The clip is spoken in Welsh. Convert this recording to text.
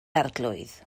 arglwydd